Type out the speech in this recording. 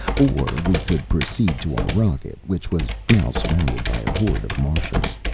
or we could proceed to our rocket, which was now surrounded by a horde of martians.